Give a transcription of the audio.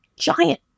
giant